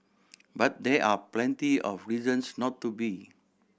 but there are plenty of reasons not to be